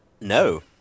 No